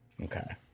Okay